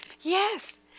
Yes